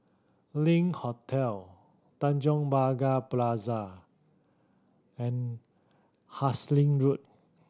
Link Hotel Tanjong Pagar Plaza Hasting Road